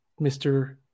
Mr